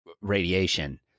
radiation